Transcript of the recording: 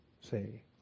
Say